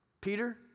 Peter